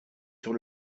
sur